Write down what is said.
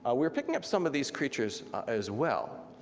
ah we were picking up some of these creatures as well.